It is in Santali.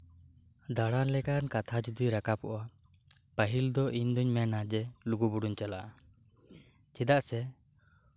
ᱫᱟᱬᱟ ᱞᱮᱠᱟᱱ ᱠᱟᱛᱷᱟ ᱡᱚᱫᱤ ᱨᱟᱠᱟᱵᱚᱜᱼᱟ ᱯᱟᱹᱦᱤᱞ ᱫᱚ ᱤᱧ ᱫᱚᱧ ᱢᱮᱱᱟ ᱞᱩᱜᱩ ᱵᱩᱨᱩᱧ ᱪᱟᱞᱟᱜᱼᱟ ᱪᱮᱫᱟᱜ ᱥᱮ